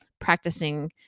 practicing